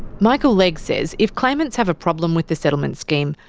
michael legg says if claimants have a problem with the settlement scheme,